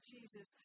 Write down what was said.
Jesus